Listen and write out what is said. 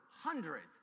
hundreds